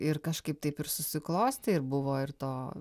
ir kažkaip taip ir susiklostė ir buvo ir to